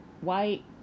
white